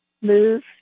move